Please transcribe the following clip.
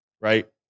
Right